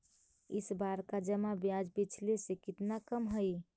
इस बार का जमा ब्याज पिछले से कितना कम हइ